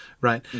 Right